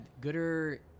gooder